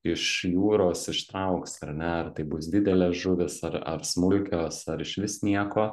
iš jūros ištrauksi ar ne ar tai bus didelės žuvys ar ar smulkios ar išvis nieko